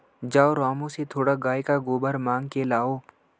जाओ रामू से थोड़ा गाय का गोबर मांग के लाओ